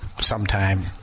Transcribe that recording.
sometime